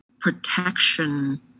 protection